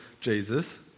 Jesus